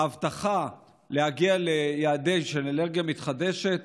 ההבטחה להגיע ליעדים של אנרגיה מתחדשת,